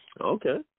Okay